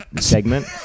Segment